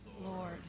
Lord